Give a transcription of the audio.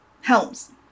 Helms